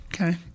Okay